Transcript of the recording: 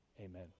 Amen